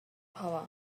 power